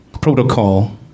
protocol